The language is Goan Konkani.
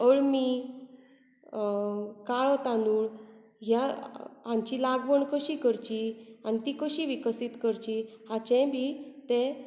अळमी काळो तांदुळ ह्या हांची लागवण कशी करची आनी ती कशीं विकसित करची हाचेय बी तें